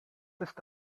ist